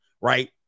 right